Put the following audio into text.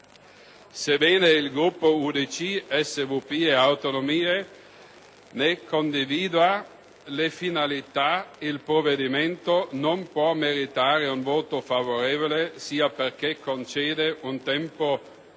Sebbene il Gruppo UDC, SVP e Autonomie ne condivida le finalità, il provvedimento non può meritare un voto favorevole, sia perché concede un tempo